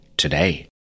today